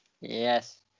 Yes